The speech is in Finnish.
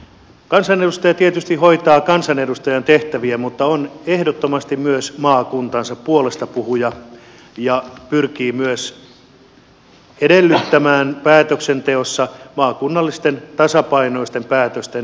kansanedustaja tietysti hoitaa kansanedustajan tehtäviä mutta on ehdottomasti myös maakuntansa puolestapuhuja ja pyrkii myös edellyttämään päätöksenteossa maakunnallisten tasapainoisten päätösten voimaan tulemista